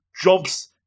jumps